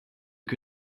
que